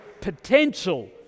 potential